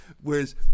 Whereas